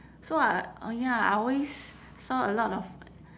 so I oh ya I always saw a lot of